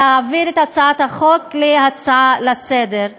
להפוך את הצעת החוק להצעה לסדר-היום.